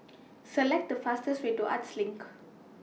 Select The fastest Way to Arts LINK